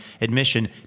admission